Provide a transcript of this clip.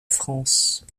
france